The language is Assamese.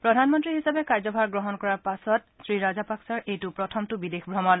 প্ৰধানমন্ত্ৰী হিচাপে কাৰ্যভাৰ গ্ৰহণ কৰাৰ পিছত শ্ৰীৰাজাপাকচাৰ এয়া প্ৰথমটো বিদেশ ভ্ৰমণ